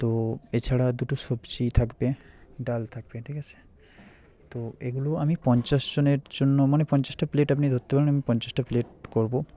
তো এছাড়া দুটো সবজি থাকবে ডাল থাকবে ঠিক আছে তো এগুলো আমি পঞ্চাশ জনের জন্য মানে পঞ্চাশটা প্লেট আপনি ধরতে পারেন আমি পঞ্চাশটা প্লেট করব